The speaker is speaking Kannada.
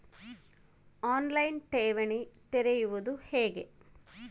ಆನ್ ಲೈನ್ ಠೇವಣಿ ತೆರೆಯುವುದು ಹೇಗೆ?